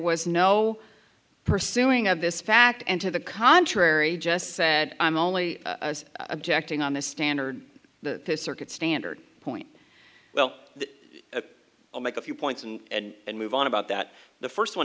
was no pursuing of this fact and to the contrary just said i'm only objecting on the standard the circuit standard point well i'll make a few points and then move on about that the first one